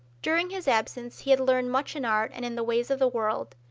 during his absence he had learned much in art and in the ways of the world.